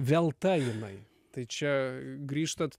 velta jinai tai čia grįžtat